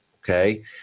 Okay